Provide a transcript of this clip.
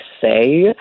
say